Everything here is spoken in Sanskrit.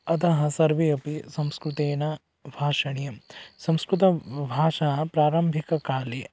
अतः सर्वे अपि संस्कृतेन भाषणीयं संस्कृतभाषा प्रारम्भिककाले